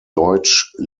deutsch